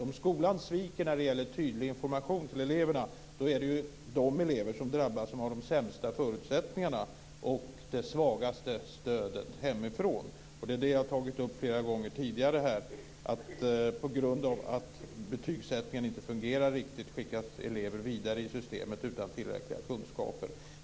Om skolan sviker när det gäller tydlig information till eleverna är det de elever som har de sämsta förutsättningarna och det svagaste stödet hemifrån som drabbas. Jag har flera gånger tidigare tagit upp att elever på grund av att betygssättningen inte fungerar riktigt skickas vidare i systemet utan tillräckliga kunskaper.